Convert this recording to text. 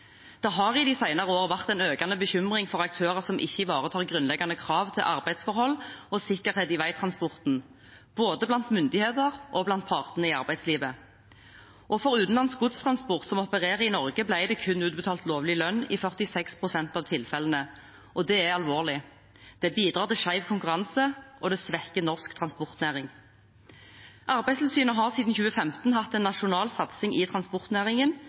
Det har i de senere år vært en økende bekymring for aktører som ikke ivaretar grunnleggende krav til arbeidsforhold og sikkerhet i veitransporten, både blant myndigheter og blant partene i arbeidslivet. For utenlandsk godstransport som opererer i Norge, ble det kun utbetalt lovlig lønn i 46 pst. av tilfellene. Det er alvorlig. Det bidrar til skjev konkurranse, og det svekker norsk transportnæring. Arbeidstilsynet har siden 2015 hatt en nasjonal satsing i transportnæringen,